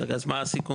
רגע, אז מה הסיכום?